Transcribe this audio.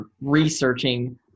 researching